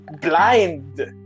blind